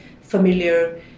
familiar